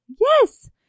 yes